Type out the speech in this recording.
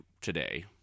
today